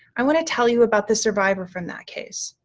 i want to tell you about the survivor from that case.